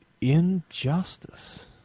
injustice